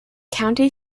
county